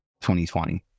2020